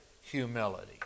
humility